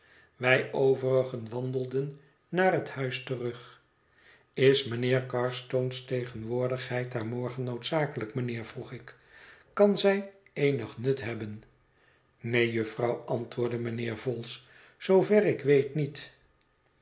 wij overigen wandelden naar het huis terug is mijnheer carstone's tegenwoordigheid daar morgen noodzakelijk mijnheer vroeg ik kan zij eenig nut hebben neen jufvrouw antwoordde mijnheer vholes zoover ik weet niet